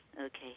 Okay